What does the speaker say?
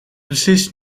beslist